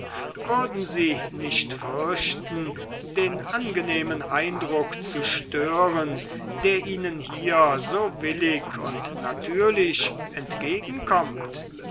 würden sie nicht fürchten den angenehmen eindruck zu stören der ihnen hier so willig und natürlich entgegenkommt